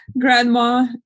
grandma